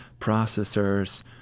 processors